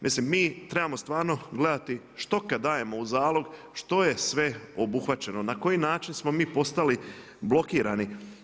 Mislim mi trebamo stvarno gledati što kad dajemo u zalog što je sve obuhvaćeno, na koji način smo mi postali blokirani.